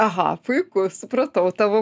aha puiku supratau tavo